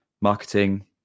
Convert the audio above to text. marketing